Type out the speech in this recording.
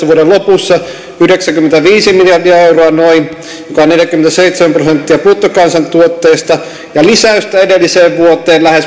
vuoden kaksituhattaneljätoista lopussa oli noin yhdeksänkymmentäviisi miljardia euroa joka on neljäkymmentäseitsemän prosenttia bruttokansantuotteesta ja lisäystä edelliseen vuoteen oli lähes